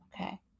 Okay